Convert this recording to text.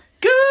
Good